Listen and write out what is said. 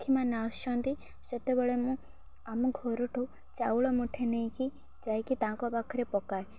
ପକ୍ଷୀମାନେ ଆସୁଛନ୍ତି ସେତେବେଳେ ମୁଁ ଆମ ଘର ଠୁ ଚାଉଳ ମୁଠେ ନେଇକି ଯାଇକି ତାଙ୍କ ପାଖରେ ପକାଏ